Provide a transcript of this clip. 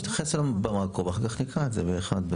הוא יתייחס במקרו ואחר כך נקרא את זה באחד,